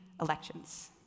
elections